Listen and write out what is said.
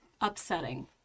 upsetting